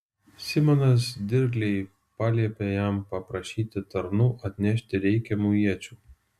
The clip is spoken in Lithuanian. simonas dirgliai paliepė jam paprašyti tarnų atnešti reikiamų iečių